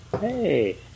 hey